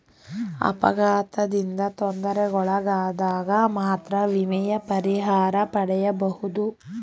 ಅಪಘಾತದಿಂದ ತೊಂದರೆಗೊಳಗಾದಗ ಮಾತ್ರ ವಿಮೆಯ ಪರಿಹಾರ ಪಡೆಯಬಹುದು